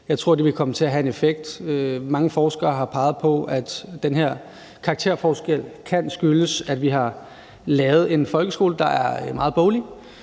Jeg tror, det vil komme til at have en effekt. Mange forskere har peget på, at den her karakterforskel kan skyldes, at vi har lavet en folkeskole, der er meget boglig,